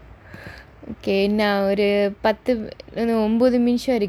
okay இன்னும் ஒரு பத்து ஒன்பது நிமிஷம் இருக்குடி:innum oru paththu onbathu nimisham irukkudi